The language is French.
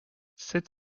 sept